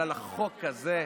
אבל החוק הזה,